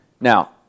Now